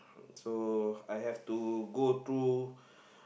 so I have to go through